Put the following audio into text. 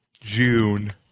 June